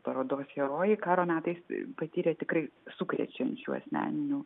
parodos herojai karo metais patyrė tikrai sukrečiančių asmeninių